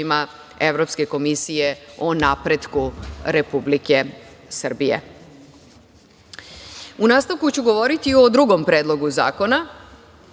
Evropske komisije, o napretku Republike Srbije.U nastavku ću govoriti o drugom Predlogu zakona.